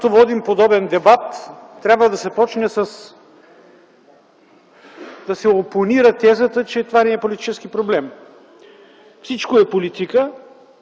Когато водим подобен дебат, трябва да се започне да се опонира тезата, че това не е политически проблем. Всичко е политика